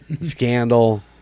scandal